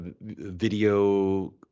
video